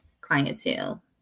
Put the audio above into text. clientele